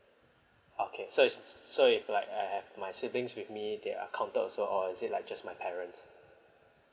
okay so it's so if like I have my siblings with me they are counted also or is it like just my parents